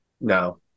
No